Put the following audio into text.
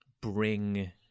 bring